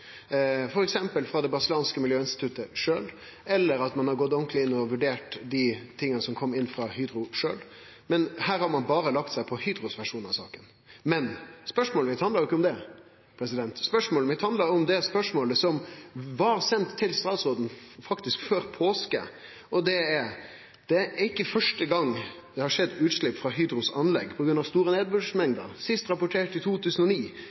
ut frå dei undersøkingane som allereie er gjorde, f.eks. av det brasilianske miljøinstituttet, eller å gå ordentleg inn og vurdere det som har kome frå Hydro sjølv. Her har ein berre lagt seg på Hydro sin versjon av saka. Men spørsmålet handla ikkje om det, det handla om det spørsmålet som vart sendt inn til statsråden før påske: Det er ikkje fyrste gong det har skjedd utslepp frå Hydro sitt anlegg på grunn av store mengder nedbør, sist rapportert i 2009.